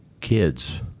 kids